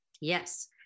yes